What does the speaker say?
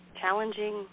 challenging